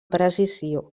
precisió